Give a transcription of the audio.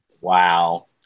Wow